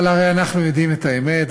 אבל הרי אנחנו יודעים את האמת,